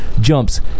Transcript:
jumps